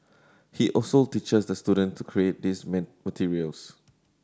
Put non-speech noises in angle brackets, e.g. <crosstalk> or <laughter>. he also teaches the student to create these <unintelligible> materials